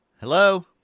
Hello